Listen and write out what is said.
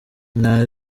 nta